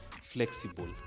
flexible